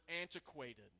antiquated